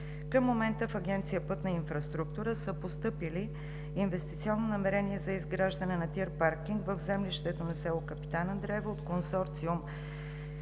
Към момента в Агенция „Пътна инфраструктура“ са постъпили: Инвестиционно намерение за изграждане на ТИР паркинг в землището на село Капитан Андреево от консорциум